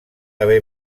haver